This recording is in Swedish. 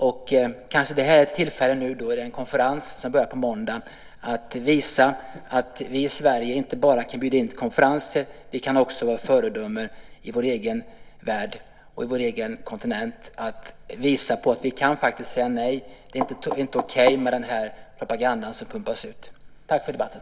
Den konferens som börjar på måndag kanske är ett tillfälle att visa att vi i Sverige inte bara kan bjuda in till konferenser utan också kan vara ett föredöme i vår egen värld och vår egen kontinent, att visa att vi kan säga nej, att det inte är okej med den propaganda som pumpas ut. Tack för debatten!